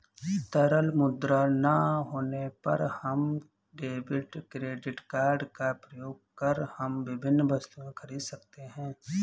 तरल मुद्रा ना होने पर हम डेबिट क्रेडिट कार्ड का प्रयोग कर हम विभिन्न वस्तुएँ खरीद सकते हैं